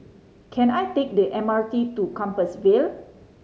can I take the M R T to Compassvale